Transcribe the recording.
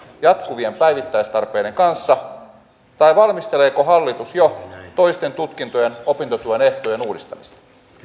jatkuvien päivittämistarpeiden kanssa tai valmisteleeko hallitus jo toisten tutkintojen opintotuen ehtojen uudistamista